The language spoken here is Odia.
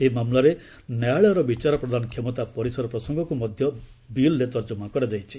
ଏହି ମାମଲାରେ ନ୍ୟାୟାଳୟର ବିଚାର ପ୍ରଦାନ କ୍ଷମତା ପରିସର ପ୍ରସଙ୍ଗକ୍ ମଧ୍ୟ ବିଲ୍ରେ ତର୍ଜମା କରାଯାଇଛି